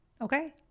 Okay